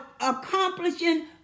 accomplishing